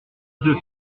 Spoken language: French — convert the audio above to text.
deux